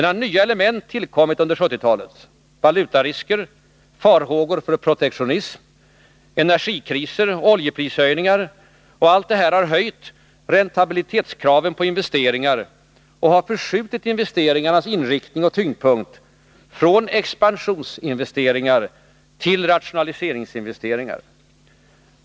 Nya element har tillkommit under 1970-talet: valutarisker, farhågor för protektionism, energikriser och oljeprishöjningar. Allt detta har höjt räntabilitetskraven på investeringar och förskjutit investeringarnas inriktning och tyngdpunkt från expansionsinvesteringar till rationaliseringsinvesteringar.